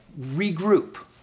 regroup